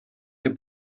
che